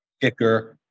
kicker